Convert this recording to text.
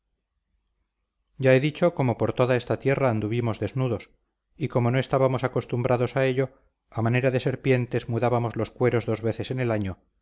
ya he dicho cómo por toda esta tierra anduvimos desnudos y como no estábamos acostumbrados a ello a manera de serpientes mudábamos los cueros dos veces en el año